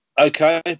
Okay